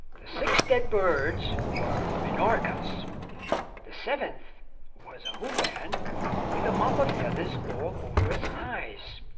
the six dead birds were minorcas the seventh was a houdan with a mop of feathers all over its eyes.